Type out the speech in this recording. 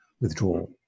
withdrawal